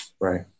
Right